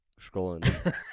scrolling